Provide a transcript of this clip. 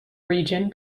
region